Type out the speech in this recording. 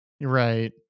Right